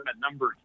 number